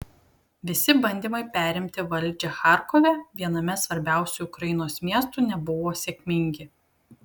visi bandymai perimti valdžią charkove viename svarbiausių ukrainos miestų nebuvo sėkmingi